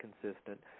consistent